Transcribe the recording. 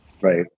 right